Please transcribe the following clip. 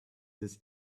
this